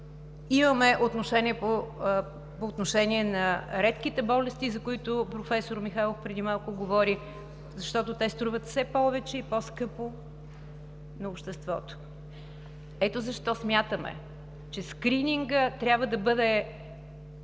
имаме отношение по редките болести, за които професор Михайлов преди малко говори, защото те струват все повече и по скъпо на обществото. Ето защо смятаме, че скринингът трябва да бъде